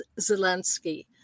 Zelensky